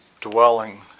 Dwelling